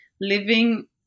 living